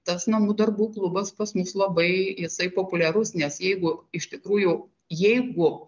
tas namų darbų klubas pas mus labai jisai populiarus nes jeigu iš tikrųjų jeigu